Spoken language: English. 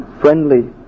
friendly